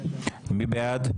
מי בעד?